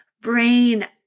brain